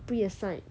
oh ya hor